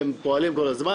והם פועלים כל הזמן.